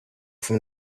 from